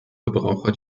verbraucher